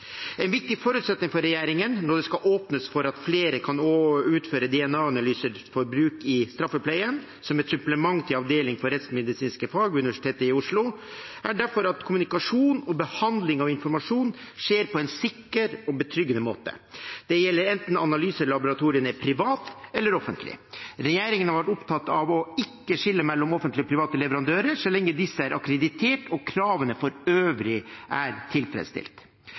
En viktig forutsetning for regjeringen når det skal åpnes for at flere kan utføre DNA-analyser for bruk i straffepleien, som et supplement til Avdeling for rettsmedisinske fag ved Universitetet i Oslo, er derfor at kommunikasjon og behandling av informasjon skjer på en sikker og betryggende måte. Det gjelder enten analyselaboratoriene er private eller offentlige. Regjeringen har vært opptatt av ikke å skille mellom offentlige og private leverandører, så lenge disse er akkreditert og kravene for øvrig er tilfredsstilt.